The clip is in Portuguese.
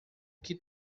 que